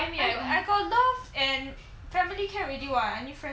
I got love and family can already [what] I need friends for what